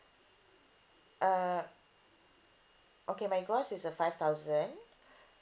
uh okay my gross is uh five thousand